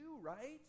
Right